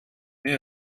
mir